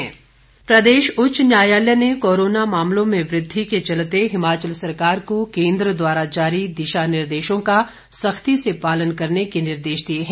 high court covid प्रदेश उच्च न्यायालय ने कोरोना मामलों में वृद्धि के चलते हिमाचल सरकार को केंद्र द्वारा जारी दिशा निर्देशों का सख्ती से पालन करने के निर्देश दिए हैं